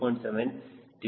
7 ತಿಳಿದಿದೆ